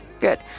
good